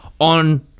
on